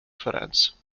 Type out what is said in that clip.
vereins